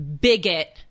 bigot